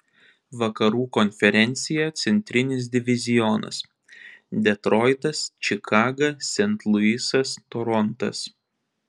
vakarų konferencija centrinis divizionas detroitas čikaga sent luisas torontas